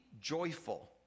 joyful